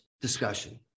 discussion